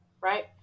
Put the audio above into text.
right